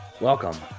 Welcome